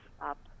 up